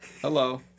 Hello